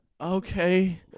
okay